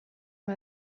von